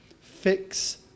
fix